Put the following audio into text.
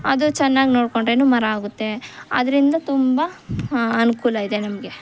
ಅದು ಚೆನ್ನಾಗಿ ನೋಡ್ಕೊಂಡ್ರೂ ಮರ ಆಗುತ್ತೆ ಅದರಿಂದ ತುಂಬ ಅನುಕೂಲ ಇದೆ ನಮಗೆ